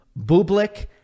Bublik